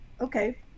Okay